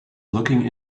looking